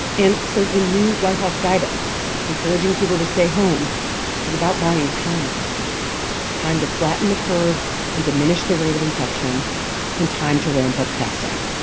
and so the new white house guidance encouraging people to stay home is about buying time time to flatten the curve and diminish the rate of infection and time to ramp up testing,